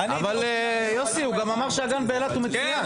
אבל הוא גם אמר שהגן באילת הוא מצוין.